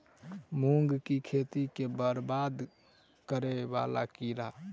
मूंग की खेती केँ बरबाद करे वला कीड़ा?